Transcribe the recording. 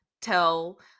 tell